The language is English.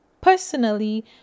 personally